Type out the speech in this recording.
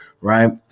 right